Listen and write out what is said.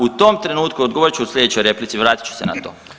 U tom trenutku, odgovorit ću u sljedećoj replici, vratit ću se na to.